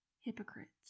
hypocrites